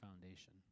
foundation